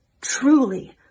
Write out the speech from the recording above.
truly